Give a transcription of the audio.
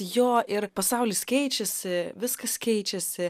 jo ir pasaulis keičiasi viskas keičiasi